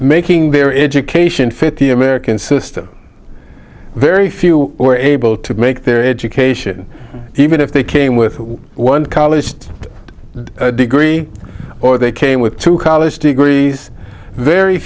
making their education fit the american system very few were able to make their education even if they came with one college degree or they came with two college degrees very